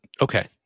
okay